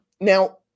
now